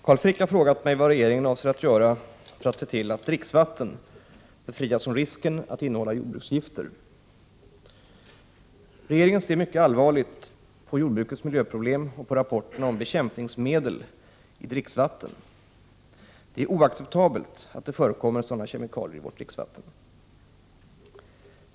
Herr talman! Carl Frick har frågat mig vad regeringen avser att göra för att se till att dricksvatten befrias från risken att innehålla jordbruksgifter. Regeringen ser mycket allvarligt på jordbrukets miljöproblem och på rapporterna om bekämpningsmedel i dricksvatten. Det är oacceptabelt att det förekommer sådana kemikalier i vårt dricksvatten.